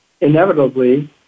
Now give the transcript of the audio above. inevitably